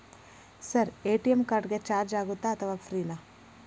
Sir ATM card ಗೆ charge ಆಗುತ್ತಾ ಅಥವಾ ಫ್ರೇ ನಾ?